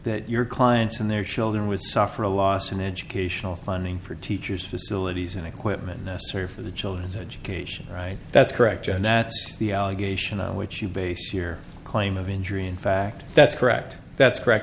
that your clients and their children would suffer a loss in educational funding for teachers facilities and equipment necessary for the children's education right that's correct and that's the allegation on which you base here claim of injury in fact that's correct that's correct